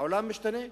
העולם משתנה,